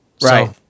Right